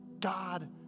God